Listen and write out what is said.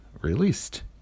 released